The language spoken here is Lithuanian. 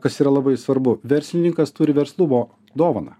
kas yra labai svarbu verslininkas turi verslumo dovaną